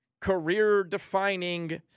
career-defining